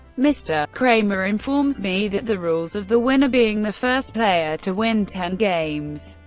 mr. cramer informs me that the rules of the winner being the first player to win ten games,